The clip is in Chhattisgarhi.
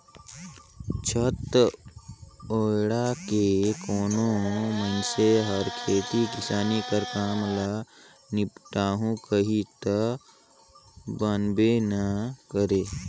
छाता ओएढ़ के कोनो मइनसे हर खेती किसानी कर काम ल निपटाहू कही ता बनबे नी करे